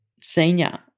Senior